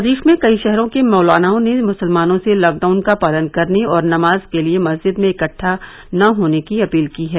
प्रदेश में कई शहरों के मौलानाओं ने मुसलमानों से लॉकडाउन का पालन करने और नमाज के लिए मस्जिद में इक्टा न होने की अपील की है